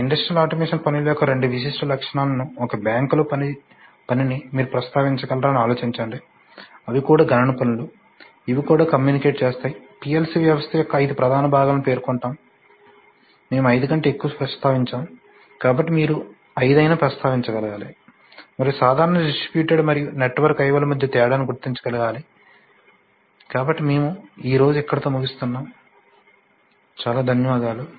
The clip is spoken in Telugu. ఇండస్ట్రియల్ ఆటోమేషన్ పనుల యొక్క రెండు విశిష్ట లక్షణాలను ఒక బ్యాంకులో పనిని మీరు ప్రస్తావించగలరా అని ఆలోచించండి అవి కూడా గణన పనులు ఇవి కూడా కమ్యూనికేట్ చేస్తాయి PLC వ్యవస్థ యొక్క ఐదు ప్రధాన భాగాలను పేర్కొంటాము మేము ఐదు కంటే ఎక్కువ ప్రస్తావించాము కాబట్టి మీరు ఐదు అయినా ప్రస్తావించగలగాలి మరియు సాధారణ డిస్ట్రిబ్యూటెడ్ మరియు నెట్వర్క్ IO ల మధ్య తేడాను గుర్తించగలగాలి కాబట్టి మేము ఈ రోజు ఇక్కడితో ముగుస్తున్నాము చాలా ధన్యవాదాలు